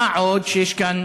מה עוד שיש כאן